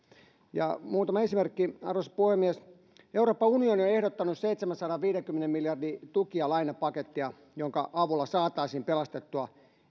muutama esimerkki arvoisa puhemies euroopan unioni on ehdottanut seitsemänsadanviidenkymmenen miljardin tuki ja lainapakettia jonka avulla saataisiin pelastettua